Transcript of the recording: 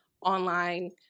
online